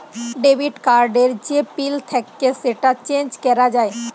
debit card এর যে pin থাক্যে সেটা চেঞ্জ ক্যরা যায়